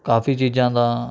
ਕਾਫ਼ੀ ਚੀਜ਼ਾਂ ਦਾ